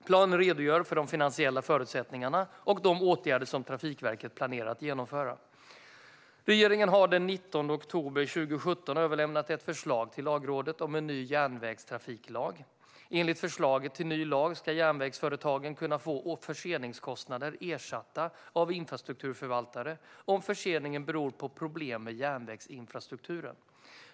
Planen redogör för de finansiella förutsättningarna och de åtgärder som Trafikverket planerar att vidta. Regeringen överlämnade den 19 oktober 2017 ett förslag till Lagrådet om en ny järnvägstrafiklag. Enligt förslaget till ny lag ska järnvägsföretagen kunna få förseningskostnader ersatta av infrastrukturförvaltare om förseningen beror på problem med järnvägsinfrastrukturen.